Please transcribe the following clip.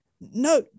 no